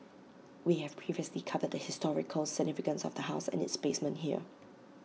we have previously covered the historical significance of the house and its basement here